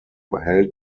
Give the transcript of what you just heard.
held